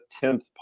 tenth